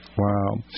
Wow